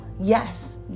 yes